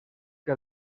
que